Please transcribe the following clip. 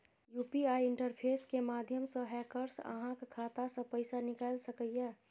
UPI interface के माध्यम सं हैकर्स अहांक खाता सं पैसा निकालि सकैए